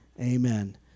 Amen